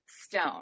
stone